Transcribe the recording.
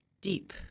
deep